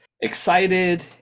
excited